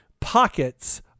pockets